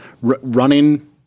running